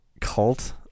cult